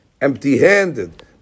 empty-handed